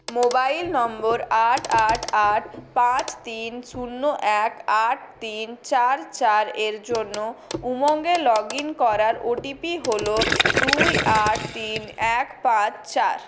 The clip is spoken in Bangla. মোবাইল নম্বর আট আট আট পাঁচ তিন শূন্য এক আট তিন চার চারের জন্য উমঙ্গে লগ ইন করার ওটিপি হলো দুই আট তিন এক পাঁচ চার